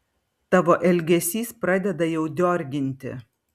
tavo elgesys pradeda jau diorginti